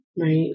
right